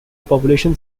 population